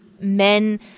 men